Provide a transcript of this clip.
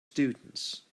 students